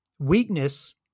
Weakness